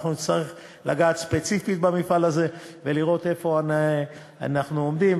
ונצטרך לגעת ספציפית במפעל הזה ולראות איפה אנחנו עומדים.